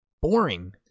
boring